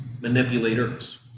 manipulators